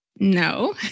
No